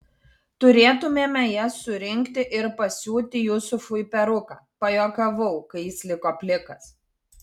turėtumėme jas surinkti ir pasiūti jusufui peruką pajuokavau kai jis liko plikas